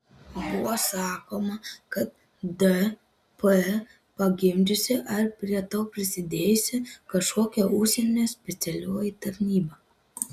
buvo sakoma kad dp pagimdžiusi ar prie to prisidėjusi kažkokia užsienio specialioji tarnyba